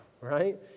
right